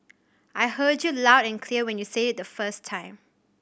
I heard you loud and clear when you said it the first time